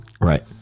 Right